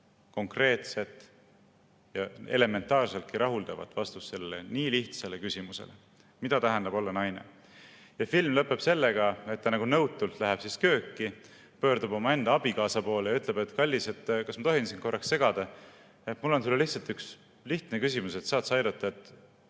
konkreetset ja elementaarselt rahuldavat vastust sellele nii lihtsale küsimusele, mida tähendab olla naine. Film lõpeb sellega, et ta läheb nõutult kööki, pöördub omaenda abikaasa poole ja ütleb, et kallis, kas ma tohin korraks segada, et mul on sulle lihtsalt üks lihtne küsimus, et saad sa aidata: